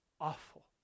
awful